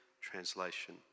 Translation